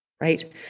right